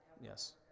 Yes